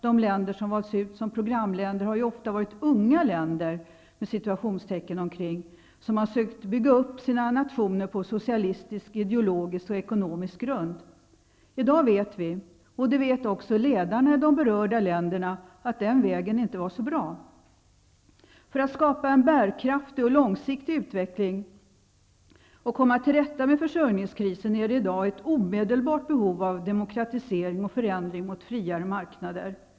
De länder som valts ut som programländer har ofta varit ''unga'' länder som sökt bygga upp sina nationer på socialistisk ideologisk och ekonomisk grund. I dag vet vi, och det vet också ledarna i de berörda länderna, att den vägen inte var så bra. För att skapa en bärkraftig och långsiktig utveckling och komma till rätta med försörjningskrisen har man i dag ett omedelbart behov av demokratisering och förändring mot friare marknader.